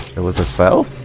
it was herself